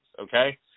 okay